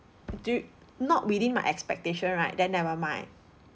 do not within my expectation right then never mind